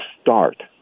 start